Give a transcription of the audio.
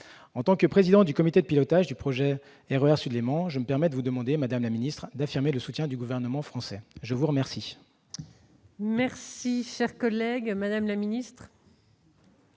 En tant que président du comité de pilotage du projet du RER Sud-Léman, je me permets de vous demander, madame la ministre, d'affirmer le soutien du Gouvernement français. La parole est à Mme la ministre.